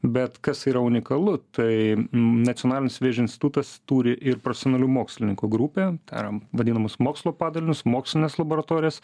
bet kas yra unikalu tai nacionalinis vėžio institutas turi ir profesionalių mokslininkų grupę tai yra vadinamus mokslo padalinius mokslines laboratorijas